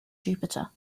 jupiter